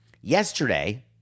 Yesterday